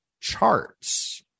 charts